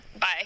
Bye